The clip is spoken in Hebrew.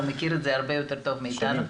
הוא מכיר את זה הרבה יותר טוב מאיתנו.